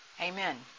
Amen